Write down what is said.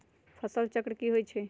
फसल चक्र की होइ छई?